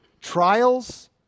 Trials